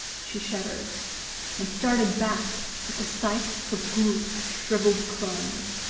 she shuddered and started back at the sight of a group of shrivelled crones,